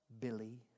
Billy